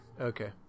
Okay